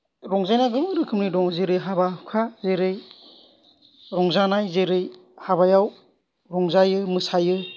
रंजानाया गोबां रोखोमनि दङ जेरै हाबा हुखा जेरै रंजानाय जेरै हाबायाव रंजायो मोसायो